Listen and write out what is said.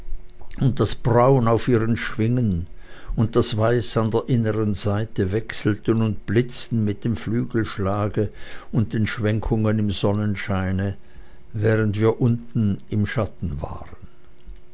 und das braun auf ihren schwingen und das weiß an der inneren seite wechselten und blitzten mit dem flügelschlage und den schwenkungen im sonnenscheine während wir unten im schatten waren